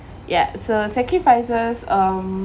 ya so sacrifices um